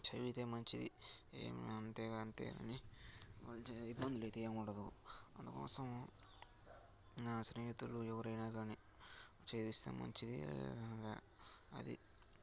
చదివితే మంచిది అంతే అంతే అని వంటి ఇబ్బందులైతే ఏమి ఉండదు అందుకోసం నా స్నేహితులు ఎవరైనా కానీ చదివిస్తే మంచిది అది